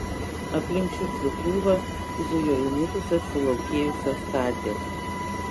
aplink šiukšlių krūvą zujo įmitusios sulaukėjusios katės